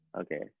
Okay